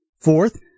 Fourth